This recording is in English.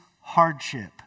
hardship